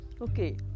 okay